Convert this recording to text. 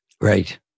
Right